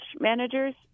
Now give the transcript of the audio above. managers